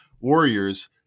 Warriors